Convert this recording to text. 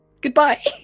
goodbye